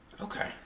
okay